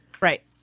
Right